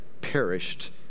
perished